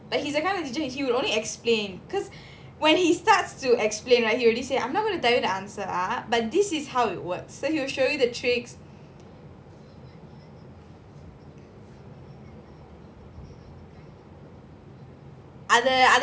but he is the kind of teacher he would only explain cause when he starts to explain right he already say I'm not going to tell you the answer ah but this is how it works then he will show you the tricks நீவந்துஉனக்குசுத்தமாஒண்ணுமேதெரியலனாஅவருவந்து:nee vandhu unaku suthama onnume theriyalanaa avaru vandhu guiding ஏதச்சும்கொடுப்பாராநீஇந்தமாதிரிசெய்யணும்:edhachum kodupara nee indha madhiri seyyanum